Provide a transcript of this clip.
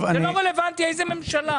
זה לא רלוונטי איזו ממשלה.